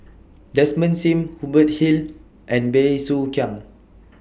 Desmond SIM Hubert Hill and Bey Soo Khiang